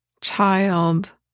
child